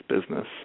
business